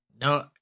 no